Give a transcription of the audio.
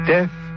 Death